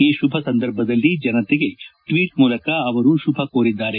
ಈ ಕುಭ ಸಂದರ್ಭದಲ್ಲಿ ಜನತೆಗೆ ಟ್ಲೀಟ್ ಮೂಲಕ ಅವರು ಶುಭಾಶಯ ಕೋರಿದ್ದಾರೆ